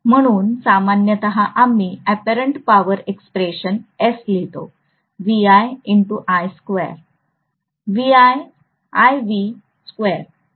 म्हणून सामान्यत आम्ही अप्परेंट पॉवर एक्स्प्रेशन S लिहितो वगैरे वगैरे